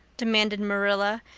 demanded marilla,